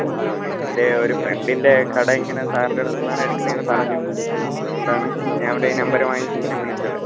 okay okay എൻ്റെ ഒരു ഫ്രണ്ടിൻ്റെ കട ഇങ്ങനെ സാർൻ്റെ അടുത്തുന്നാണ് എടുക്കണതെന്ന് പറഞ്ഞു അത്കൊണ്ടാണ് ഞാനവൻ്റെയ്ന്ന് നമ്പര് വാങ്ങിച്ചിങ്ങനെ വിളിച്ചത്